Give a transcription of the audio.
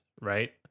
right